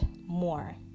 more